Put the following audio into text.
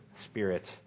spirit